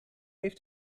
heeft